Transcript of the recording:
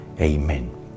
Amen